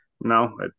No